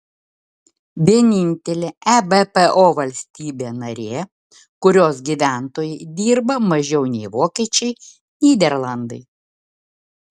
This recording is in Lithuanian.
vienintelė ebpo valstybė narė kurios gyventojai dirba mažiau nei vokiečiai nyderlandai